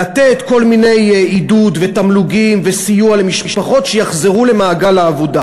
לתת כל מיני עידוד ותמלוגים וסיוע למשפחות שיחזרו למעגל העבודה,